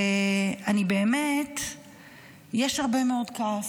יש הרבה מאוד כעס.